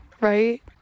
right